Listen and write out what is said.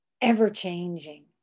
ever-changing